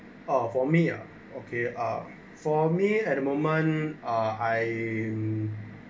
ah for me ah okay ah for me at the moment ah I